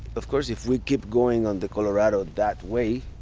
of course if we keep going on the colorado that way,